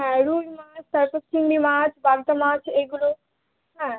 হ্যাঁ রুই মাছ তারপর চিংড়ি মাছ পাবদা মাছ এগুলো হ্যাঁ